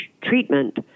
treatment